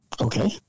Okay